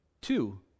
two